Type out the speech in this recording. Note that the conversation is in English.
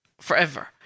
forever